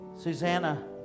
Susanna